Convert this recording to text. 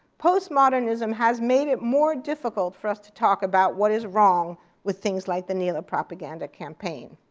postmodernism has made it more difficult for us to talk about what is wrong with things like the nela propaganda campaign.